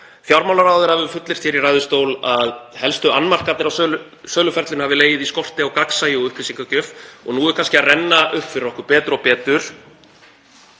Fjármálaráðherra hefur fullyrt í ræðustól að helstu annmarkarnir á söluferlinu hafi legið í skorti á gagnsæi og upplýsingagjöf og nú er kannski að renna upp fyrir okkur betur og betur